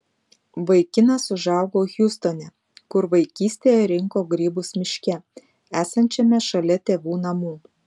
vaikinas užaugo hjustone kur vaikystėje rinko grybus miške esančiame šalia tėvų namų